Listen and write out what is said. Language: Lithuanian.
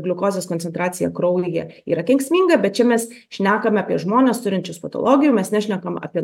gliukozės koncentracija kraujyje yra kenksminga bet čia mes šnekame apie žmones turinčius patologijų mes nešnekam apie